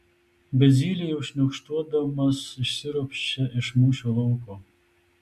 bet zylė jau šniokštuodamas išsiropščia iš mūšio lauko